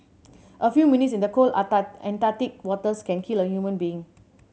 a few minutes in the cold Antarctic waters can kill a human being